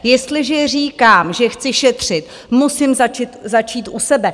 Jestliže říkám, že chci šetřit, musím začít u sebe.